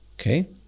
Okay